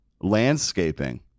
landscaping